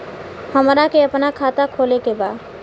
हमरा के अपना खाता खोले के बा?